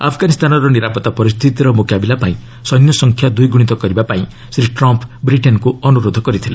ଆଫଗାନିସ୍ଥାନର ନିରାପତ୍ତା ପରିସ୍ଥିତିର ମୁକାବିଲା ପାଇଁ ସୈନ୍ୟସଂଖ୍ୟା ଦ୍ୱିଗୁଣିତ କରିବା ପାଇଁ ଶ୍ରୀ ଟ୍ରମ୍ପ ବ୍ରିଟେନକୁ କହିଥିଲେ